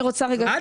זה